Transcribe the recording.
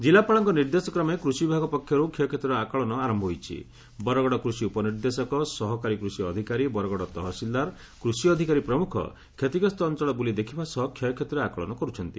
କିଲ୍ଲାପାଳଙ୍କ ନିର୍ଦ୍ଦେଶ କ୍ରମେ କୁଷି ବିଭାଗ ପକ୍ଷରୁ କ୍ଷୟକ୍ଷତିର ଆକାଳନ ଆର ଉପନିର୍ଦ୍ଦେଶକ ସହକାରୀ କୃଷି ଅଧିକାରୀ ବରଗଡ଼ ତହସିଲଦାର କୃଷି ଅଧିକାରୀ ପ୍ରମୁଖ କ୍ଷତିଗ୍ରସ୍ତ ଅଂଚଳ ବୁଲିଦେଖିବା ସହ କ୍ଷୟକ୍ଷତିର ଆକଳନ କରୁଛନ୍ତି